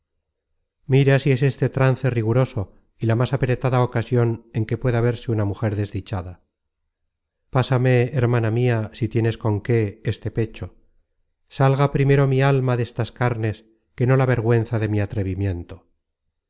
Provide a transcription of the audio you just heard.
mira si es éste trance riguroso y la más apretada ocasion en que pueda verse una mujer desdichada pasame hermana mia si tienes con qué este pecho salga primero mi alma destas carnes que no la desvergüenza de mi atrevimiento